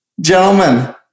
Gentlemen